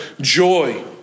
joy